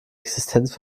existenz